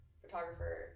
photographer